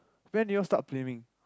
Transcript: when you all start flaming